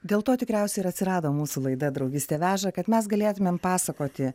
dėl to tikriausiai ir atsirado mūsų laida draugystė veža kad mes galėtumėm pasakoti